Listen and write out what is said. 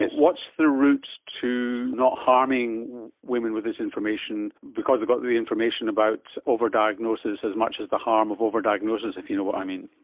the route to not harming women with this information because they've got the the information about over-diagnosis as much as the harm of over-diagnosis, if you know what i mean?